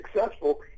successful